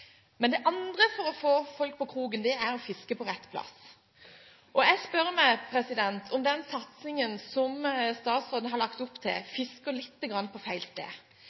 Men det andre for å få folk på kroken er å fiske på rett plass. Jeg spør meg om den satsingen som statsråden har lagt opp til,